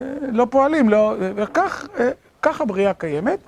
לא פועלים, וכך הבריאה קיימת.